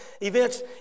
events